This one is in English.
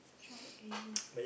tried already